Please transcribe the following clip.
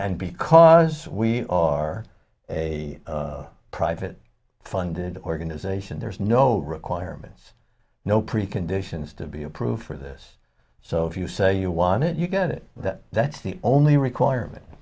and because we are a private funded organization there's no requirements no preconditions to be approved for this so if you say you want it you get it that that's the only requirement